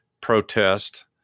protest